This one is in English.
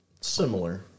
similar